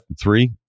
three